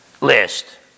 list